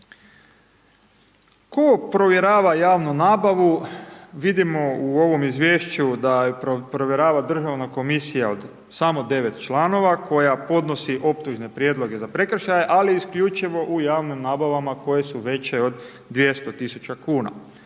Tko provjerava javnu nabavu, vidimo u ovom izvješću da je provjerava državna komisija od samo 9 članova koja podnosi optužne prijedloge za prekršaje ali isključivo u javnim nabavama koje su veće od 200 tisuća kuna.